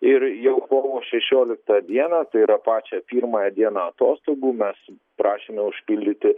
ir jau kovo šešioliktą dieną tai yra pačią pirmąją dieną atostogų mes prašėme užpildyti